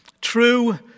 True